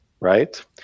right